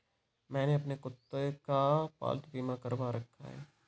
मैंने अपने कुत्ते का पालतू बीमा करवा रखा है